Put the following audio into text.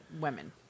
women